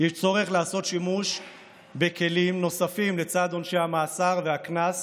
יש צורך לעשות שימוש בכלים נוספים לצד עונשי המאסר והקנס,